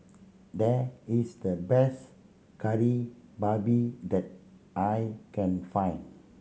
that is the best Kari Babi that I can find